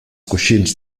coixins